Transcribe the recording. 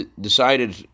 decided